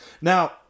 Now